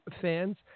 fans